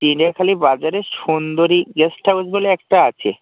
চিড়িয়াখালি বাজারের Sundari guest house বলে একটা আছে